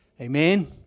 Amen